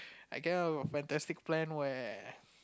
I came up with a fantastic plan where